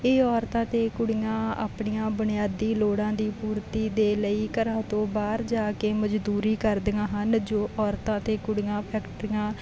ਇਹ ਔਰਤਾਂ ਅਤੇ ਕੁੜੀਆਂ ਆਪਣੀਆਂ ਬੁਨਿਆਦੀ ਲੋੜਾਂ ਦੀ ਪੂਰਤੀ ਦੇ ਲਈ ਘਰਾਂ ਤੋਂ ਬਾਹਰ ਜਾ ਕੇ ਮਜ਼ਦੂਰੀ ਕਰਦੀਆਂ ਹਨ ਜੋ ਔਰਤਾਂ ਅਤੇ ਕੁੜੀਆਂ ਫੈਕਟਰੀਆਂ